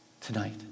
tonight